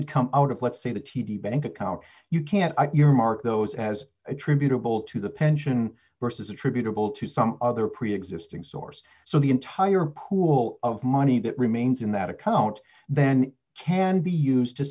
that come out of let's say the t d bank account you can't your mark those has attributable to the pension versus attributable to some other preexisting source so the entire pool of money that remains in that account then can be used to